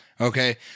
okay